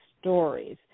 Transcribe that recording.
stories